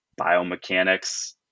biomechanics